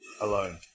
alone